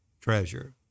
treasure